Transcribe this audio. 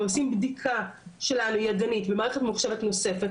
ועושים בדיקה שלנו ידני במערכת ממוחשבת נוספת,